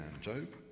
Job